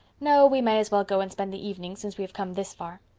no, we may as well go and spend the evening, since we have come this far.